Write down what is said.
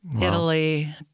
Italy